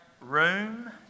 room